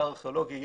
אתר ארכיאולוגי,